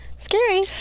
scary